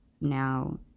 now